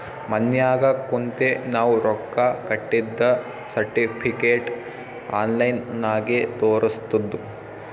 ಮನ್ಯಾಗ ಕುಂತೆ ನಾವ್ ರೊಕ್ಕಾ ಕಟ್ಟಿದ್ದ ಸರ್ಟಿಫಿಕೇಟ್ ಆನ್ಲೈನ್ ನಾಗೆ ತೋರಸ್ತುದ್